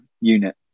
unit